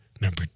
Number